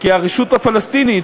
כי הרשות הפלסטינית,